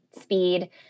speed